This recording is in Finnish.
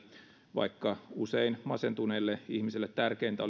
vaikka usein masentuneelle ihmiselle tärkeintä